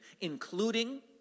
including